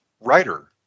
writer